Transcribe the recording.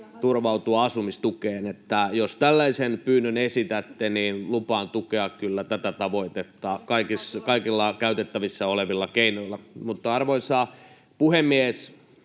se on hoidettu!] Jos tällaisen pyynnön esitätte, niin lupaan kyllä tukea tätä tavoitetta kaikilla käytettävissä olevilla keinoilla. Arvoisa puhemies!